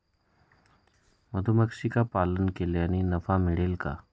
मधुमक्षिका पालन केल्यास नफा मिळेल का?